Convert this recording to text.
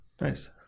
Nice